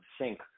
sync